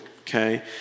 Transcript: okay